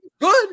good